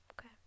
okay